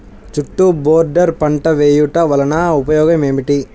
చుట్టూ బోర్డర్ పంట వేయుట వలన ఉపయోగం ఏమిటి?